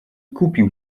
kupił